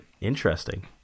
interesting